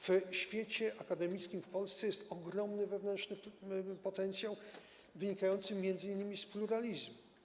W świecie akademickim w Polsce jest ogromny wewnętrzny potencjał, wynikający m.in. z pluralizmu.